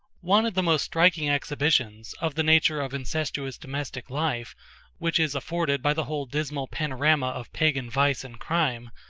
one of the most striking exhibitions of the nature of incestuous domestic life which is afforded by the whole dismal panorama of pagan vice and crime,